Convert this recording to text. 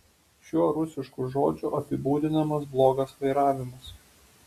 šiuo rusišku žodžiu apibūdinamas blogas vairavimas